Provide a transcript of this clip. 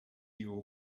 your